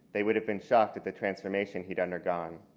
they would have been shocked at the transformation he had undergone.